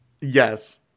Yes